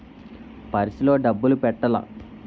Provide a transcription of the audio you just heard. Purse లో డబ్బులు పెట్టలా?